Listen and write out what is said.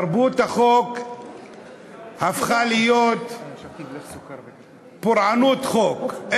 תרבות החוק הפכה להיות פורענות חוק.